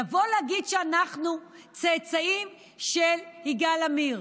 לבוא להגיד שאנחנו צאצאים של יגאל עמיר?